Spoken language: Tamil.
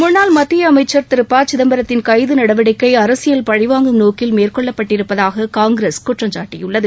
முன்னாள் மத்திய அமைச்சள் திரு ப சிதம்பத்தின் கைது நடவடிக்கை அரசியல் பழிவாங்கும் நோக்கில் மேற்கொள்ளப்பட்டிருப்பதாக காங்கிரஸ் குற்றம்சாட்டியுள்ளது